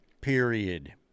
Period